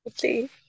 Okay